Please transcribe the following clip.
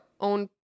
own